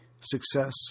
success